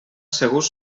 segurs